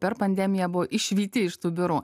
per pandemiją buvo išvyti iš tų biurų